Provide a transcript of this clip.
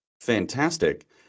Fantastic